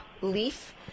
leaf